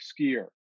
skier